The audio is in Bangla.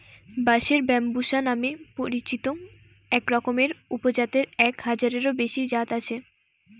বাঁশের ব্যম্বুসা নামে পরিচিত একরকমের উপজাতের এক হাজারেরও বেশি জাত আছে